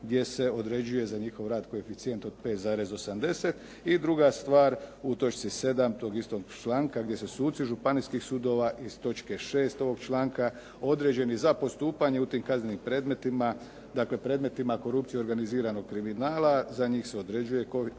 gdje se određuje za njihov rad koeficijent od 5,80 i druga stvar u točci 7. tog istog članka, gdje se suci županijskih sudova iz točke 6. ovog članka određeni za postupanje u tim kaznenim predmetima dakle predmetima korupcije i organiziranog kriminala za njih se određuje